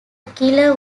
killer